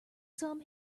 sum